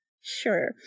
Sure